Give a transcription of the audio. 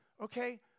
okay